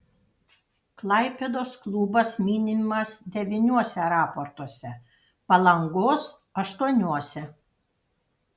klaipėdos klubas minimas devyniuose raportuose palangos aštuoniuose